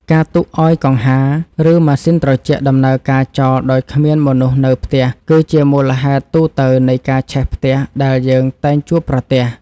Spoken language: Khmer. ការទុកឱ្យកង្ហារ ឬម៉ាស៊ីនត្រជាក់ដំណើរការចោលដោយគ្មានមនុស្សនៅផ្ទះ គឺជាមូលហេតុទូទៅនៃការឆេះផ្ទះដែលយើងតែងជួបប្រទះ។